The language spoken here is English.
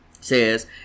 says